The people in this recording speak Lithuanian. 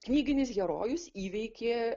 knyginis herojus įveikė